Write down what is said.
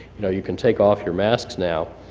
you know you can take off your masks now.